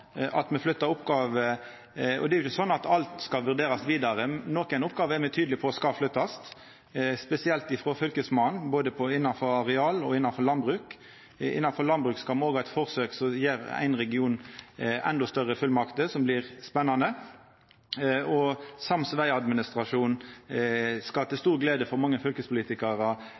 er ikkje sånn at alt skal vurderast vidare. Nokre oppgåver er me tydelege på at skal flyttast, spesielt frå Fylkesmannen, både innanfor areal og innanfor landbruk. Innanfor landbruk skal me ha eit forsøk som gjev ein region endå større fullmakter, som blir spennande. Sams vegadministrasjon skal til stor glede for mange fylkespolitikarar